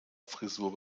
frisur